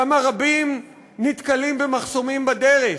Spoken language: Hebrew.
כמה רבים נתקלים במחסומים בדרך?